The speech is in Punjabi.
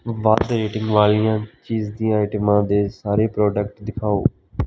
ਵੱਧ ਰੇਟਿੰਗ ਵਾਲੀਆਂ ਚੀਜ਼ ਦੀਆਂ ਆਈਟਮਾਂ ਦੇ ਸਾਰੇ ਪ੍ਰੋਡਕਟ ਦਿਖਾਓ